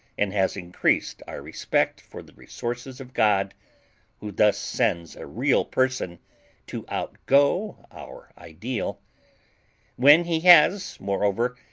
and has increased our respect for the resources of god who thus sends a real person to outgo our ideal when he has, moreover,